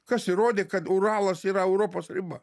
kas įrodė kad uralas yra europos riba